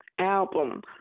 album